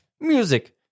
music